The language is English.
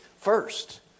first